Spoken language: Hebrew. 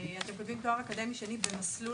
נאמר "הלימודים לתואר אקדמי שני במסלול",